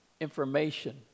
information